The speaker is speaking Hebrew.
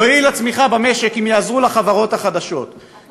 יועיל לצמיחה במשק אם יעזרו לחברות החדשות,